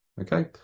Okay